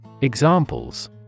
Examples